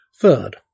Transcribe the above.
Third